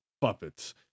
puppets